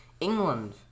England